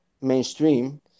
mainstream